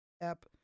app